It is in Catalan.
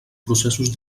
processos